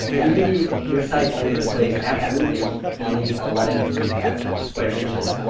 then maybe your site only displays absolutely on these eleven square inches,